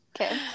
Okay